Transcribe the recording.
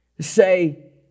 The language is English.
Say